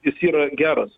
jis yra geras